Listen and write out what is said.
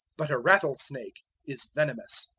but a rattlesnake is venomous.